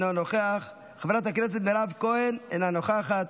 אינו נוכח, חברת הכנסת מירב כהן, אינה נוכחת,